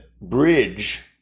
bridge